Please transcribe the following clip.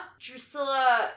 Drusilla